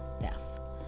Theft